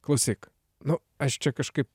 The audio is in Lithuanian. klausyk nu aš čia kažkaip